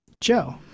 Joe